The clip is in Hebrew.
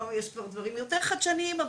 יש דברים יותר חדשניים,